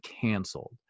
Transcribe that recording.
canceled